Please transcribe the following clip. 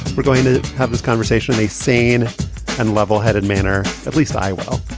we're going to have this conversation, a sane and levelheaded manner, at least i-well.